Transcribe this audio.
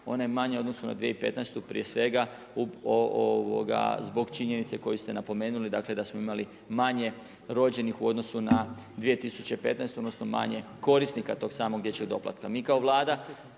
ona je manja u odnosu na 2015. prije svega zbog činjenice koju ste napomenuli da smo imali manje rođenih u odnosu na 2015. odnosno manje korisnika tog samog dječjeg doplatka. Mi kao Vlada